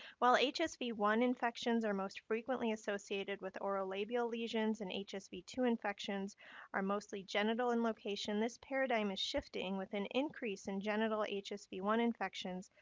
while hsv one infections are most frequently associated with orolabial lesions, and hsv two infections are mostly genital in location, this paradigm is shifting, with an increase in genital hsv one infections,